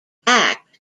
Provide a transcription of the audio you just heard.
act